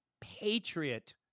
Patriot